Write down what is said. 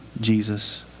Jesus